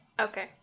Okay